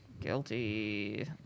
guilty